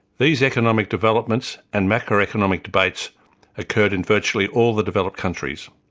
these economic developments and macroeconomic debates occurred in virtually all the developed countries.